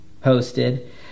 posted